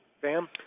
Sam